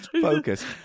focus